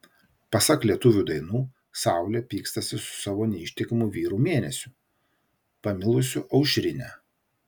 pasak lietuvių dainų saulė pykstasi su savo neištikimu vyru mėnesiu pamilusiu aušrinę